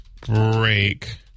break